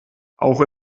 auch